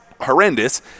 horrendous